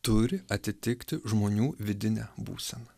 turi atitikti žmonių vidinę būseną